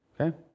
okay